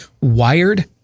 wired